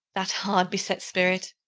that hard-beset spirit,